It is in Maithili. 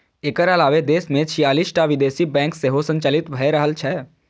एकर अलावे देश मे छियालिस टा विदेशी बैंक सेहो संचालित भए रहल छै